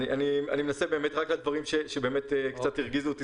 אני מנסה רק לדברים שקצת הרגיזו אותי.